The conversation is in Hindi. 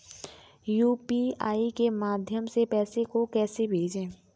यू.पी.आई के माध्यम से पैसे को कैसे भेजें?